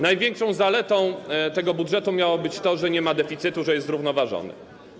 Największą zaletą tego budżetu miało być to, że nie ma deficytu, że jest zrównoważony.